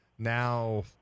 now